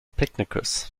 picnickers